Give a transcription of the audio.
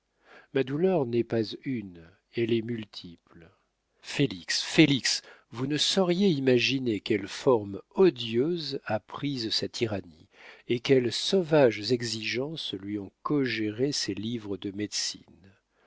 ma douleur n'est pas une elle est multiple félix félix vous ne sauriez imaginer quelle forme odieuse a prise sa tyrannie et quelles sauvages exigences lui ont suggérées ses livres de médecine